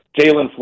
Jalen